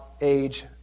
age